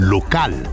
Local